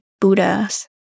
Buddhas